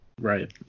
Right